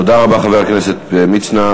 תודה רבה, חבר הכנסת מצנע.